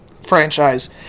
franchise